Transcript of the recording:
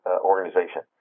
organization